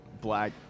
black